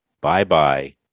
bye-bye